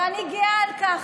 ואני גאה על כך.